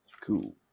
Cool